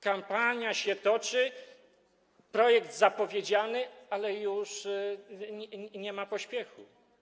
Kampania się toczy, projekt zapowiedziany, ale już nie ma pośpiechu.